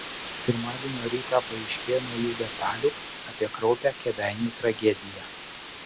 pirmadienio rytą paaiškėjo naujų detalių apie kraupią kėdainių tragediją